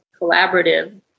collaborative